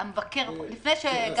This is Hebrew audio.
אני לא יודע אם לומר